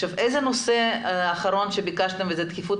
איזה נושא אחרון ביקשתם שיש לו דחיפות?